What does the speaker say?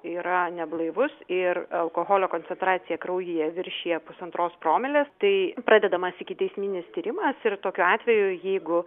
yra neblaivus ir alkoholio koncentracija kraujyje viršija pusantros promilės tai pradedamas ikiteisminis tyrimas ir tokiu atveju jeigu